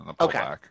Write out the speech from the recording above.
Okay